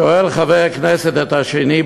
שואל חבר כנסת אחד את השני,